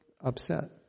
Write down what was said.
upset